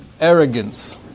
arrogance